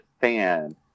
fan